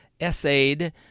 essayed